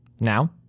Now